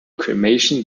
cremation